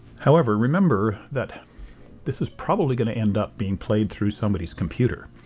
however remember that this is probably going to end up being played through somebody's computer.